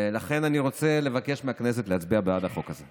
לכן אני רוצה לבקש מהכנסת להצביע בעד החוק הזה.